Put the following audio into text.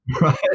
right